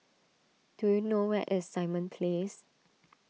do you know where is Simon Place